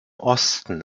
osten